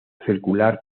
circular